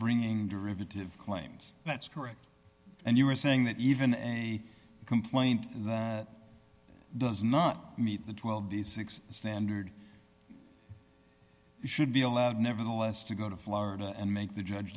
bringing derivative claims that's correct and you are saying that even a complaint that does not meet the twelve days six standard should be allowed nevertheless to go to florida and make the judge